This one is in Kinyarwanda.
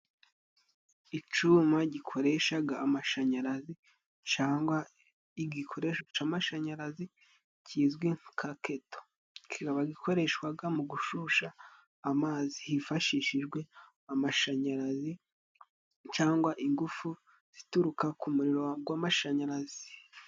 Icuma gikoreshaga amashanyarazi cangwa igikoreshwa cyamashanyarazi, kizwi nka keto gikoreshwaga mu gushusha amazi hifashishijwe amashanyarazi, cyangwa ingufu zituruka ku muriro gw'amashanyarazi.